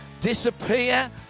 disappear